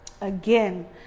again